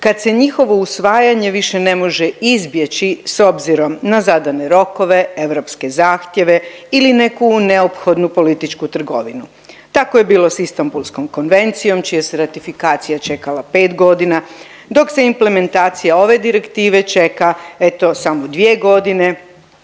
kad se njihovo usvajanje više ne može izbjeći s obzirom na zadane rokove, europske zahtjeve ili neku neophodnu političku trgovinu. Tako je bilo s Istambulskom konvencijom čija se ratifikacija čekala 5 godina, dok se implementacija ove direktive čeka, eto samo 2 godine,